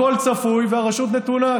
הכול צפוי והרשות נתונה,